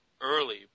early